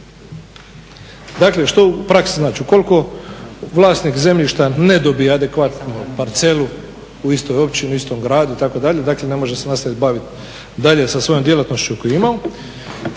Dakle što u praksi znači, ukoliko vlasnik zemljišta ne dobije adekvatnu parcelu u istoj općini u istom gradu itd. ne može se nastaviti baviti dalje sa svojom djelatnošću koju je